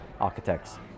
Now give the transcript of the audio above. architects